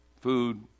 Food